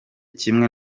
kimwe